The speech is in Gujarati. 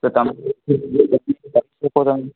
તો તમે